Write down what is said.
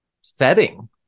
setting